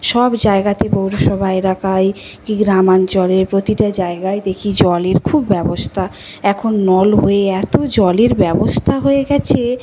সব জায়গাতে পৌরসভা এলাকায় কি গ্রামাঞ্চলে প্রতিটা জায়গায় দেখি জলের খুব ব্যবস্থা এখন নল হয়ে এত জলের ব্যবস্থা হয়ে গেছে